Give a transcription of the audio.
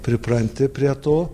pripranti prie to